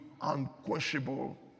unquenchable